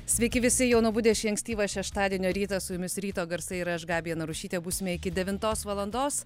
sveiki visi jau nubudę šį ankstyvą šeštadienio rytą su jumis ryto garsai ir aš gabija narušytė būsime iki devintos valandos